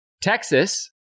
Texas